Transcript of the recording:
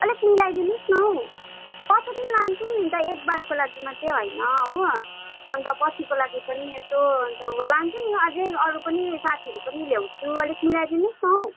अलिक मिलाइदिनुहोस् न हौ पछाडि पनि लान्छु नि अन्त एकबारको लागि मात्रै होइन हो अन्त पछिको लागि पनि यसो अन्त लान्छु नि आझै अरू पनि साथीहरू पनि ल्याउँछु अलिक मिलाइदिनुहोस् न हौ